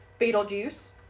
Beetlejuice